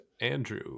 Andrew